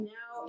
Now